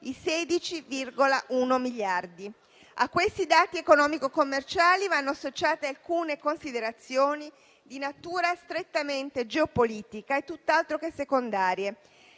i 16,1 miliardi. A questi dati economico-commerciali vanno associate alcune considerazioni di natura strettamente geopolitica e tutt'altro che secondarie.